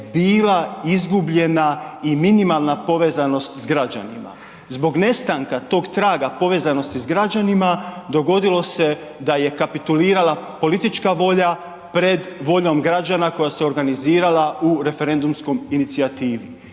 bila izgubljena i minimalna povezanost s građanima. Zbog nestanka tog traga povezanosti s građanima dogodilo se da je kapitulirala politička volja pred voljom građana koja se organizirala u referendumskoj inicijativi.